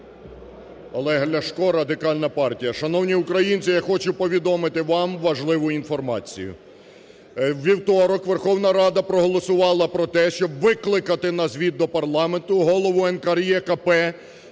Олег Ляшко, Радикальна партія. Шановні українці, я хочу повідомити вам важливу інформацію. У вівторок Верховна Рада проголосувала про те, щоб викликати на звіт до парламенту голову НКРЕКП